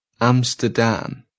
Amsterdam